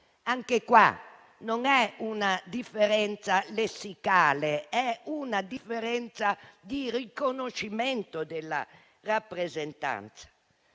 compare non è una differenza lessicale: è una differenza di riconoscimento della rappresentanza